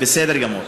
בסדר גמור.